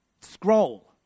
Scroll